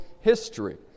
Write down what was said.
history